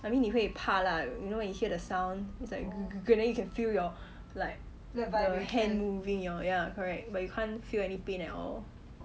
I mean 你会怕啦 you know when you hear the sound is like then you can feel your like the hand moving your ya correct but you can't feel any pain at all